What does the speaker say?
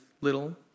little